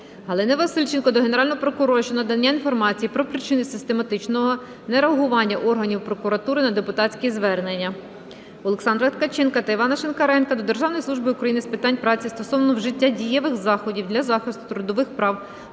Галини Васильченко до Генерального прокурора щодо надання інформації про причини систематичного не реагування органів прокуратури на депутатські звернення. Олександра Ткаченка та Івана Шинкаренка до Державної служби України з питань праці стосовно вжиття дієвих заходів для захисту трудових прав